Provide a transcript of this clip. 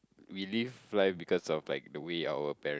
we live life because of like the way our parent